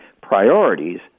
priorities